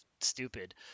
stupid